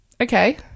Okay